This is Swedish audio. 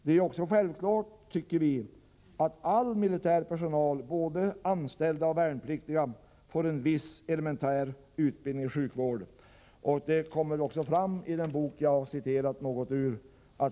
Det är också självklart att all militär personal — både anställda och värnpliktiga — får en viss elementär utbildning i sjukvård. Att så är fallet framkommer också i den bok som jag har citerat något ur.